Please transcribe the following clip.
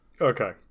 Okay